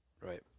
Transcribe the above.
right